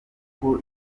uko